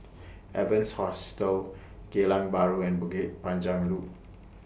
Evans Hostel Geylang Bahru and Bukit Panjang Loop